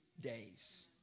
days